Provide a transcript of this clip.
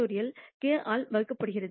k ஆல் வகுக்கப்படுகிறது க்குள்